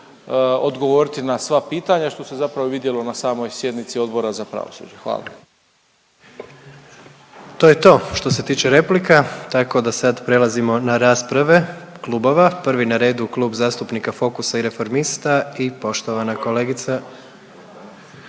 odgovoriti na sva pitanja što se zapravo i vidjelo na samoj sjednici Odbora za pravosuđe. Hvala. **Jandroković, Gordan (HDZ)** To je to što se tiče replika tako da sad prelazimo na rasprave klubova. Prvi na redu Klub zastupnika Fokusa i Reformista i poštovana kolegica